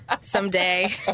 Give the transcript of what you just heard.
someday